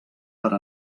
per